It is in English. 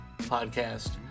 podcast